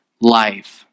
life